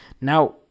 Now